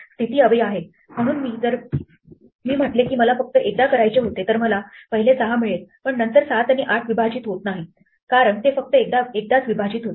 स्थिती हवी आहे म्हणून जर मी म्हंटले की मला फक्त एकदा करायचे होते तर मला पहिले 6 मिळेल पण नंतर 7 आणि 8 विभाजित होत नाहीत कारण ते फक्त एकदाच विभाजित होते